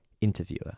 interviewer